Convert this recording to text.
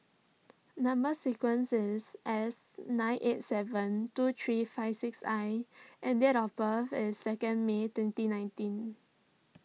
Number Sequence is S nine eight seven two three five six I and date of birth is second May twenty nineteen